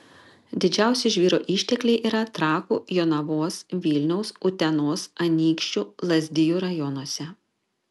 didžiausi žvyro ištekliai yra trakų jonavos vilniaus utenos anykščių lazdijų rajonuose